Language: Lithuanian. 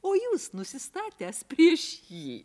o jūs nusistatęs prieš jį